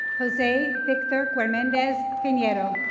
jose victor quernendez pinero.